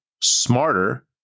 smarter